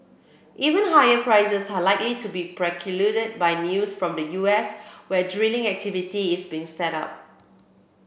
even higher prices are likely to be precluded by news from the U S where drilling activity is being up